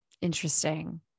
Interesting